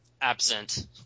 absent